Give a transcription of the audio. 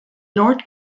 north